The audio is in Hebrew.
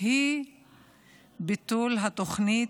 היא ביטול התוכנית: